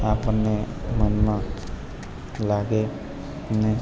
આપણને મનમાં લાગે નહીં